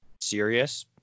serious